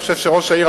אני חושב שהיום,